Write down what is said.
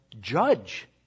judge